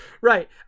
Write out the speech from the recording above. Right